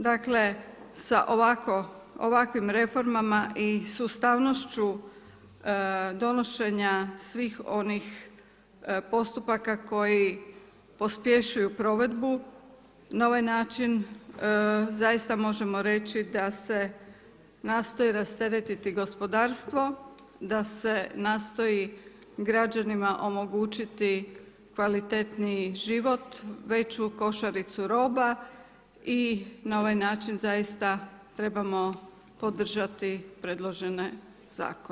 Dakle sa ovakvim reformama i sustavnošću donošenja svih onih postupaka, koji pospješuju provedbu na ovaj način, zaista možemo reći, da se nastoji rasteretiti gospodarstvo, da se nastoji građanima omogućiti kvaliteniji život, veću košaricu roba i na ovaj način, zaista trebamo podržati predložene zakone.